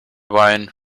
wine